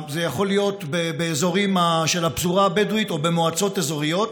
זה יכול להיות באזורים של הפזורה הבדואית או במועצות אזוריות,